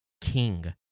king